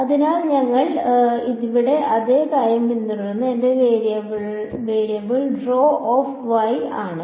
അതിനാൽ ഞങ്ങൾ ഇവിടെ അതേ കാര്യം പിന്തുടരും എന്റെ വേരിയബിൾ rho ഓഫ് y ആണ്